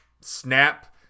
snap